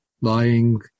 lying